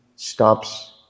stops